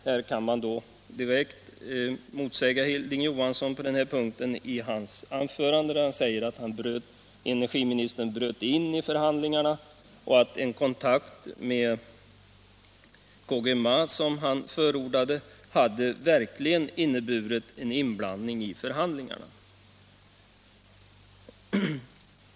Här kan man direkt motsäga Hilding Johansson på denna punkt i hans anförande, där han säger att energiministern bröt in i förhandlingarna och att en kontakt med COGEMA som han förordade verkligen hade inneburit en inblandning i förhandlingarna.